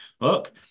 look